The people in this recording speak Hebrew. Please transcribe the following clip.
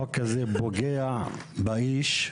החוק הזה פוגע באיש,